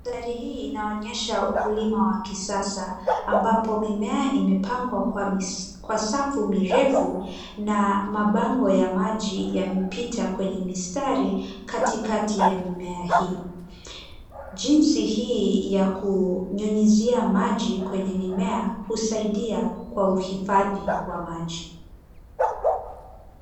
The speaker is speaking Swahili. Dari hii inaonyesha ukulima wa kisasa ambapo mimea imepangwa kwa safu na mabango ya maji yamepita kwenye mistari katikati ya mimea hii. Jinsi hii ya kunyunyuzia maji kwenye mimea husaidia kwa uhifadhi wa maji.